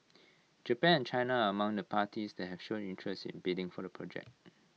Japan and China are among the parties that have shown interest in bidding for the project